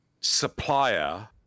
supplier